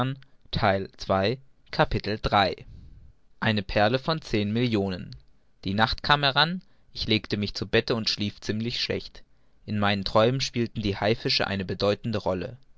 eine perle von zehn millionen die nacht kam heran ich legte mich zu bette und schlief ziemlich schlecht in meinen träumen spielten die haifische eine bedeutende rolle